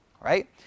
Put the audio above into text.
right